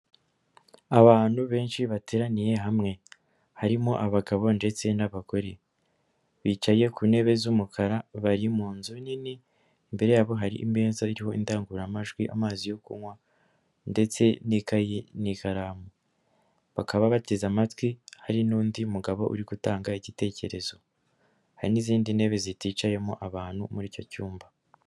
Abantu benshi bateraniye hamwe, harimo abagabo ndetse n'abagore, bicaye ku ntebe z'umukara bari mu nzu nini imbere yabo hari imeza iriho indangururamajwi, amazi yo kunywa ndetse n'ikayi n'ikaramu, bakaba bateze amatwi hari n'undi mugabo uri gutanga igitekerezo, hari n'izindi ntebe ziticayemo abantu muri icyo cyumba.